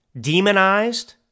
demonized